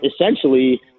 essentially